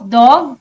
dog